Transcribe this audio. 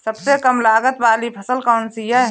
सबसे कम लागत वाली फसल कौन सी है?